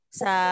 sa